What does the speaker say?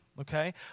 Okay